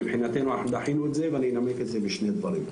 מבחינתנו אנחנו דחינו את זה ואני אנמק את זה בשני דברים.